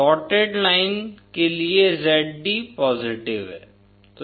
shorted line के लिए Zd positive है